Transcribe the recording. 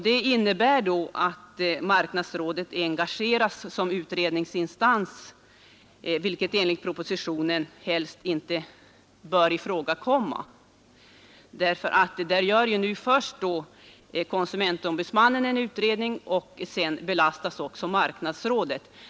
Detta innebär emellertid att marknadsrådet då är engagerat som utredningsinstans, vilket enligt propositionen helst inte bör ifrågakomma därför att konsumentombudsmannen då först gör en utredning, och sedan bela också marknadsrådet.